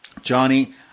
johnny